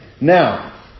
Now